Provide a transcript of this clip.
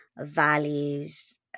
values